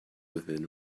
within